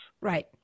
Right